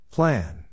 Plan